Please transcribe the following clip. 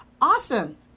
Awesome